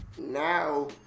Now